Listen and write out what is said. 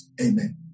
Amen